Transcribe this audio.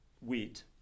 wheat